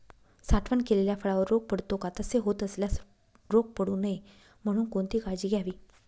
साठवण केलेल्या फळावर रोग पडतो का? तसे होत असल्यास रोग पडू नये म्हणून कोणती काळजी घ्यावी?